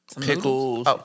Pickles